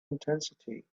intensity